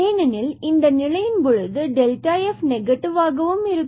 ஏனெனில் இந்த நிலையின் பொழுது f நெகட்டிவ் ஆகவும் இருக்கும்